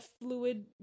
fluid